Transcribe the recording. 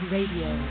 Radio